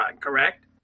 correct